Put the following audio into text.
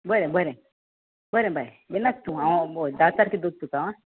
बरें बरें बरें बरें बाय भिनाका तूं हांव धा तारखेक दोत तुका आ